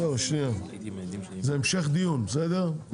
זה המשך דיון, בסדר?